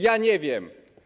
Ja nie wiem.